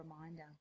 reminder